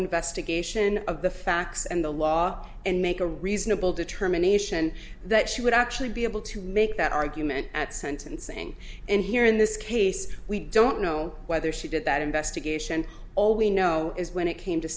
investigation of the facts and the law and make a reasonable determination that she would actually be able to make that argument at sentencing and here in this case we don't know whether she did that investigation all we know is when it came to